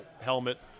helmet